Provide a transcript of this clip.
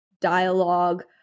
dialogue